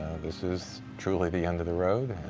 this is truly the end of the road